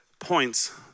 points